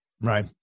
Right